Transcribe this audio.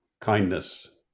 kindness